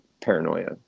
paranoia